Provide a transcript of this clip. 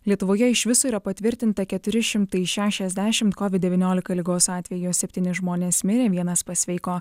lietuvoje iš viso yra patvirtinta keturi šimtai šešiasdešimt kovid devyniolika ligos atvejų septyni žmonės mirė vienas pasveiko